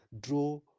draw